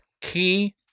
key